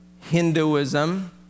Hinduism